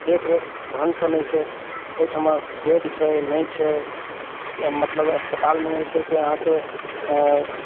देख रेख ढंगसँ नहि छै ओहिठमा बेड छै नहि छै मतलब अस्पतालमे जे छै से अहाँकेँ